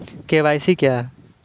KYC क्या है?